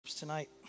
Tonight